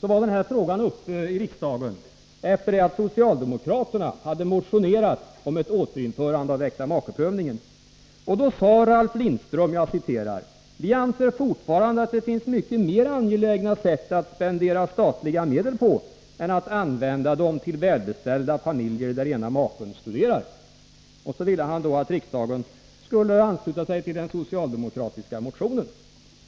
var denna fråga uppe i riksdagen, efter det att socialdemokraterna hade motionerat om ett återinförande av äktamakeprövningen. Då sade Ralf Lindström: ”Vi anser fortfarande att det finns mycket mer angelägna sätt att spendera statliga medel på än att använda dem till välbeställda familjer där ena maken studerar.” Han ville att riksdagen skulle ansluta sig till den socialdemokratiska motionen.